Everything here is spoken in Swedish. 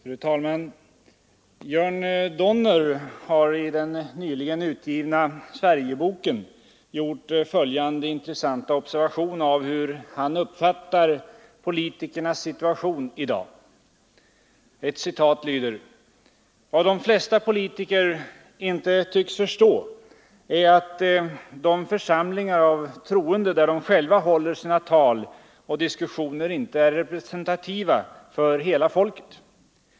Fru talman! Jörn Donner har i den nyligen utgivna Sverigeboken gjort följande intressanta observation av hur han uppfattar politikernas situation i dag. ”Vad de flesta politiker inte tycks förstå är att de församlingar av troende där de själva håller sina tal och diskussioner inte är representativa för hela folket.